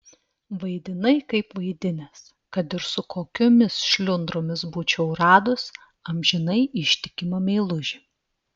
vaidinai kaip vaidinęs kad ir su kokiom šliundrom būčiau radus amžinai ištikimą meilužį